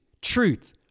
Truth